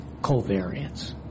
covariance